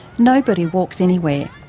nobody walks anywhere.